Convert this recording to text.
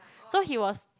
so he was